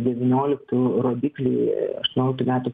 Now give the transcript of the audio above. devinioliktų rodikliai aštuonioliktų metų